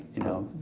you know,